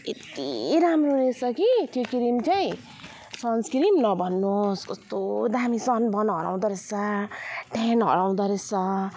यत्ति राम्रो रहेछ कि त्यो क्रिम चाहिँ सन्सक्रिम नभन्नुहोस् कस्तो दामी सनबर्न हराउँदो रहेछ टेन्ट हराउँदो रहेछ